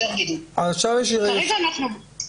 קודם כול,